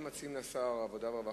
הם מציעים לסגן השר ועדת עבודה ורווחה,